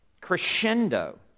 crescendo